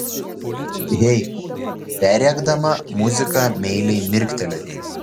hei perrėkdama muziką meiliai mirktelėjo